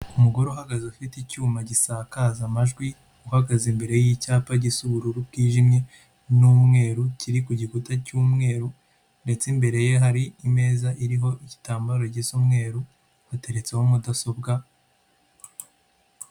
Umugore uhagaze afite icyuma gisakaza amajwi uhagaze imbere y'icyapa gisa ubururu bwijimye n'umweru, kiri ku gikuta cy'umweru ndetse imbere ye hari imeza iriho igitambaro gisa umweru bateretseho mudasobwa.